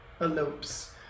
elopes